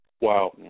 Wow